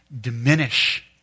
diminish